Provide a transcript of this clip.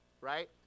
right